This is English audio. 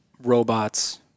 robots